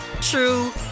true